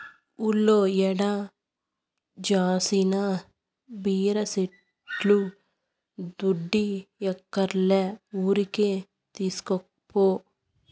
ఊర్లో ఏడ జూసినా బీర సెట్లే దుడ్డియ్యక్కర్లే ఊరికే తీస్కపో